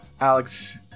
Alex